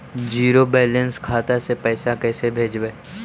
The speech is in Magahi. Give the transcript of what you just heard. जीरो बैलेंस खाता से पैसा कैसे भेजबइ?